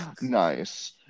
Nice